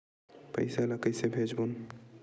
पईसा ला कइसे भेजबोन?